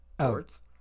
Shorts